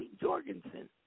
Jorgensen